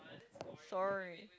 sorry